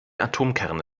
atomkerne